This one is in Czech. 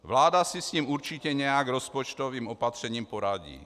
Vláda si s ním určitě nějak rozpočtovým opatřením poradí.